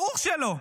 ברור שלא.